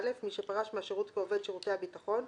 "(א)מי שפרש מהשירות כעובד שירותי הביטחון,